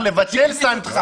לא נכון, לבטל סנקציה.